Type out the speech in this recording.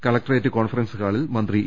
collectorate conference ഹാളിൽ മന്ത്രി E